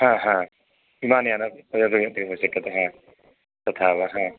विमानयानम् शक्यते तथा वा